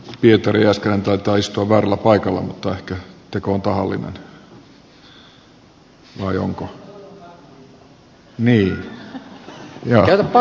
pietarilaiskantoi toistuvalla paikalla mutta ehkä arvoisa herra puhemies